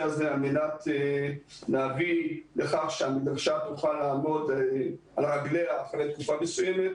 הזה על מנת להביא לכך שהמדרשה תוכל לעמוד על רגליה אחרי תקופה מסוימת.